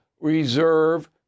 reserve